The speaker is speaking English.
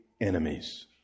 enemies